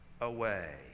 away